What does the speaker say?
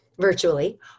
virtually